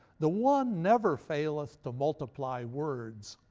the one never faileth to multiply words,